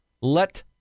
let